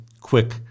quick